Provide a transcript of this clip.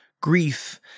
grief